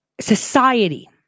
society